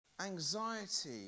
Anxiety